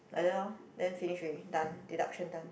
like that lor then finish already done deduction done